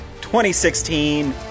2016